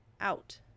out